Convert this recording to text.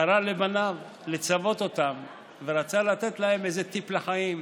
קרא לבניו לצוות אותם ורצה לתת להם איזה טיפ לחיים.